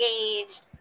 engaged